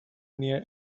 near